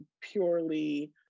purely